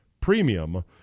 premium